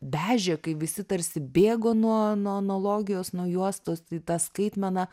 vežė kai visi tarsi bėgo nuo nuo analogijos nuo juostos į tą skaitmeną